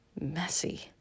Messy